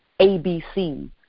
ABC